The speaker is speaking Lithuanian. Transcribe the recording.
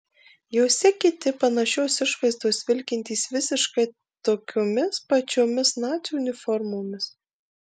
jose kiti panašios išvaizdos vilkintys visiškai tokiomis pačiomis nacių uniformomis